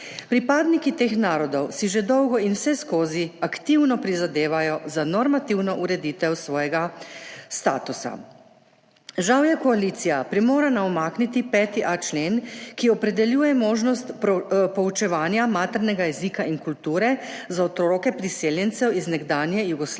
Pripadniki teh narodov si že dolgo in vseskozi aktivno prizadevajo za normativno ureditev svojega statusa. Žal je koalicija primorana umakniti 5.a člen, ki opredeljuje možnost poučevanja maternega jezika in kulture za otroke priseljencev iz nekdanje Jugoslavije